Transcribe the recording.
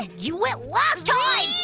you went last time!